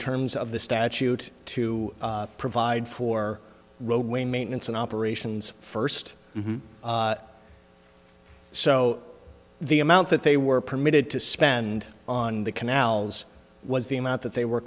terms of the statute to provide for roadway maintenance and operations first so the amount that they were permitted to spend on the canals was the amount that they were